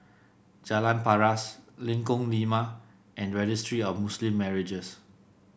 Jalan Paras Lengkong Lima and Registry of Muslim Marriages